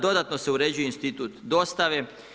Dodatno se uređuje institut dostave.